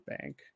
bank